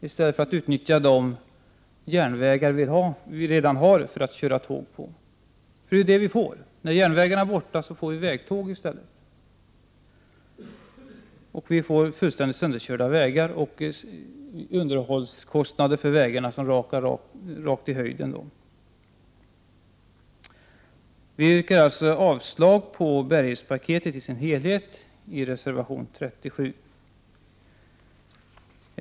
I stället för att utnyttja de järnvägar vi redan har för att köra tåg på, får vi vägtåg och därmed fullständigt sönderkörda vägar med underhållskostnader som rakar i höjden. Vi yrkar avslag på bärighetspaketet i dess helhet, alltså bifall till reservation 37.